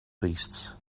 beasts